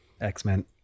X-Men